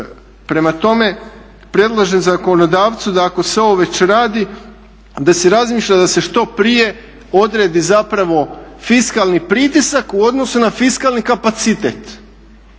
Prema tome, predlaže zakonodavcu da ako se ovo već radi da se razmišlja da se što prije odredi zapravo fiskalni pritisak u odnosu na fiskalni kapacitet